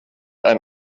ein